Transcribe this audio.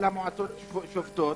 כל המועצות שובתות,